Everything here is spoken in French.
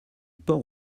port